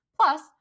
Plus